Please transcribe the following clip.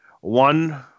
One